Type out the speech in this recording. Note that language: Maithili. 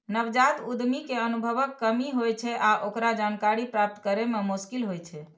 नवजात उद्यमी कें अनुभवक कमी होइ छै आ ओकरा जानकारी प्राप्त करै मे मोश्किल होइ छै